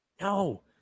No